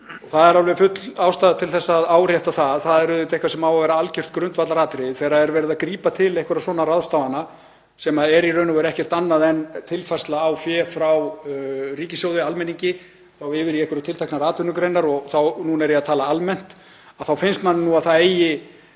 það er alveg full ástæða til að árétta að það er auðvitað eitthvað sem á að vera algjört grundvallaratriði þegar verið er að grípa til einhverra svona ráðstafana sem eru í raun og veru ekkert annað en tilfærsla á fé frá ríkissjóði, almenningi, yfir í einhverjar tilteknar atvinnugreinar, og núna er ég að tala almennt, að þá finnst manni að það þurfi